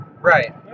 Right